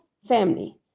family